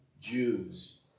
Jews